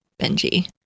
benji